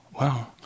wow